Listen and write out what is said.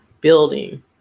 building